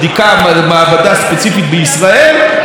אבל ידע כמובן שהוא כפוף לבדיקות,